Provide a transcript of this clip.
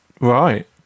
Right